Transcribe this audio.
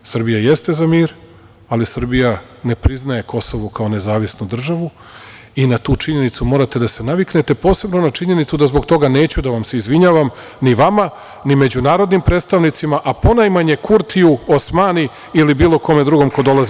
Srbija jeste za mir, ali Srbija ne priznaje Kosovo, kao nezavisnu državu i na tu činjenicu morate da se naviknete, posebno na činjenicu da zbog toga neću da vam se izvinjavam, ni vama, ni međunarodnim predstavnicima, a ponajmanje Kurtiju, Osmani ili bilo kome drugom ko dolazi